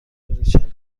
ریچل